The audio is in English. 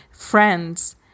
friends